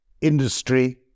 industry